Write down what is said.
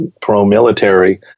pro-military